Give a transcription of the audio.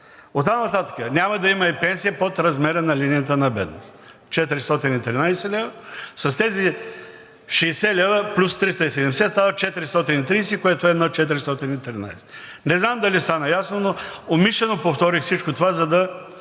Оттам нататък няма да има и пенсия под размера на линията на бедност – 413 лв. С тези 60 лв. плюс 370 лв. – стават 430 лв., което е над 413 лв. Не знам дали стана ясно, но умишлено повторих всичко това, за да